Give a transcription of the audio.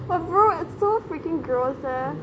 but brother it's so freaking gross eh